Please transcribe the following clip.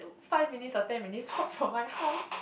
five minutes or ten minutes walk from my house